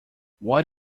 what